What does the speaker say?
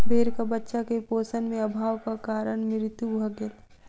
भेड़क बच्चा के पोषण में अभावक कारण मृत्यु भ गेल